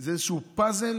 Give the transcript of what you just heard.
זה איזשהו פאזל,